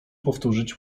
powtórzyć